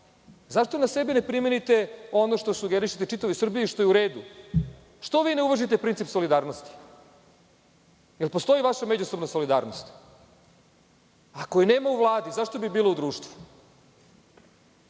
zašto na sebe ne primenite ono što sugerišete čitavoj Srbiji, što je u redu? Što vi ne uvažite princip solidarnosti? Da li postoji vaša međusobna solidarnost? Ako je nema u Vladi, zašto bi bila u društvu?